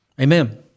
Amen